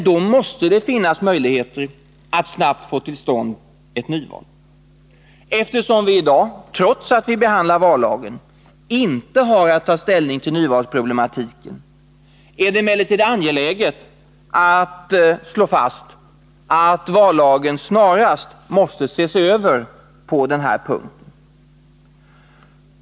Då måste det finnas möjligheter att snabbt få till stånd ett nyval. Eftersom vi i dag, trots att vi behandlar vallagen, inte har att ta ställning till nyvalsproblematiken, är det angeläget att slå fast att vallagen snarast måste ses över på denna punkt.